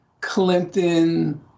clinton